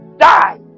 die